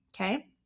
okay